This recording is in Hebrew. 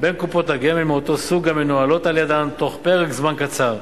בין קופות גמל מאותו סוג המנוהלות על-ידן תוך פרק זמן קצר.